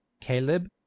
caleb